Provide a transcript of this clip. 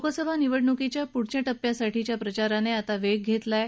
लोकसभा निवडणुकीच्या पुढच्या टप्प्यासाठीच्या प्रचाराने आता वेग घेतला आहे